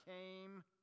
came